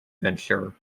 venture